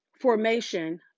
formation